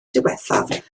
diwethaf